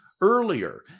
earlier